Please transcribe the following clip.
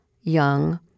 young